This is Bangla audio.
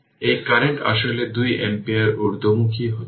এই কারেন্ট আসলে দুই অ্যাম্পিয়ার ঊর্ধ্বমুখী হচ্ছে